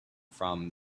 from